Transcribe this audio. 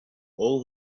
all